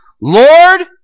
Lord